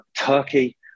Turkey